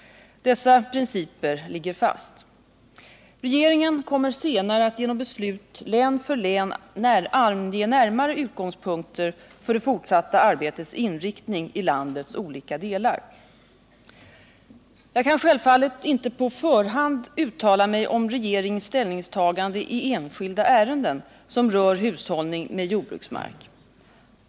Dessa principer ligger fast. Regeringen kommer senare att genom beslut län för län ange närmare utgångspunkter för det fortsatta arbetets inriktning i landets olika delar. Jag kan självfallet inte på förhand uttala mig om regeringens ställningstagande i enskilda ärenden som rör hushållning med jordbruksmark.